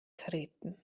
treten